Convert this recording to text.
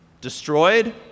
destroyed